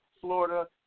florida